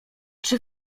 czy